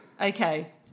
Okay